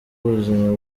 ubuzima